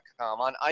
on